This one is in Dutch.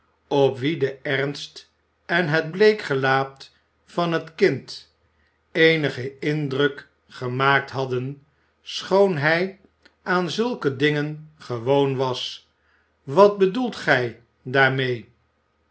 op wien de ernst en het bleek gelaat van het kind eenigen indruk gemaakt hadden schoon hij aan zulke dingen gewoon was wat bedoelt gij daarmee